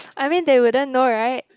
I mean they wouldn't know right